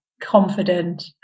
confident